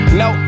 no